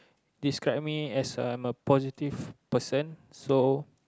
describe me as I'm a positive person so